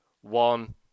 one